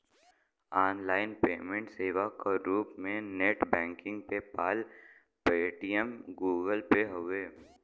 online payment सेवा क रूप में net banking PayPal, Paytm, Google pay हउवे